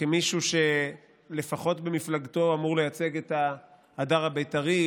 כמישהו שלפחות במפלגתו אמור לייצג את ההדר הבית"רי,